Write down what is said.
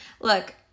look